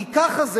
כי ככה זה,